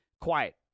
Quiet